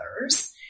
others